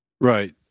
Right